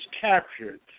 captured